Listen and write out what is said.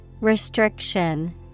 Restriction